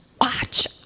watch